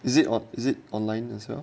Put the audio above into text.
is it or is it online as well